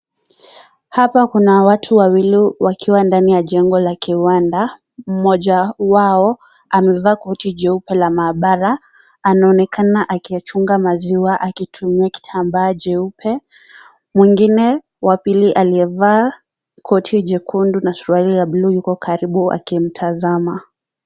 Hapa kuna watu wawili wakiwa ndani ya jengo la kiwanda. Mmoja wao amevaa koti jeupe la mahabara, anaonekana akiyachunga maziwa akitumia kitamba jeupe, mwengine wa pili aliyevaa koti jekundu na suruali ya bluu yuko karibu akimtazama.